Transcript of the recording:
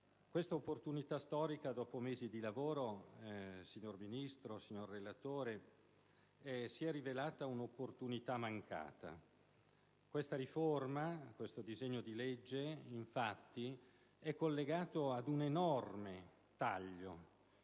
Questa opportunità storica, signora Ministro, signor relatore, si è rivelata un'opportunità mancata. Questo disegno di legge, infatti, è collegato ad un enorme taglio,